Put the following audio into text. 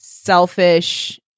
Selfish